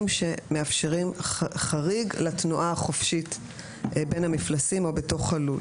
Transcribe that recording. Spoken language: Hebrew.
שמאפשרים חריג לתנועה החופשית בין המפלסים או בתוך הלול.